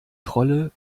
trolle